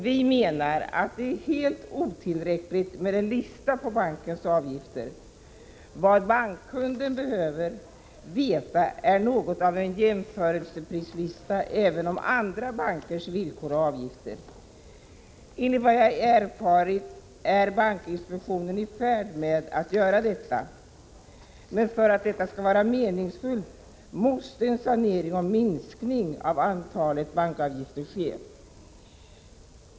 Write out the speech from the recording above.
Vi menar att det är helt otillräckligt med en lista på bankens avgifter. Vad bankkunden behöver är något av en jämförelseprislista — som alltså även innehåller uppgifter om. andra bankers villkor och avgifter. Enligt vad jag har erfarit är bankinspektionen i färd med att åstadkomma en sådan, men för att det skall vara meningsfullt måste en sanering och en minskning ske när det gäller antalet bankavgifter.